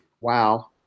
Wow